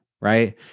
right